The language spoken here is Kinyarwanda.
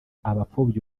abapfobya